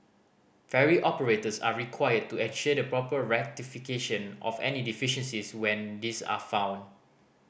ferry operators are required to ensure the proper rectification of any deficiencies when these are found